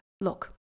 Look